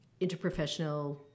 interprofessional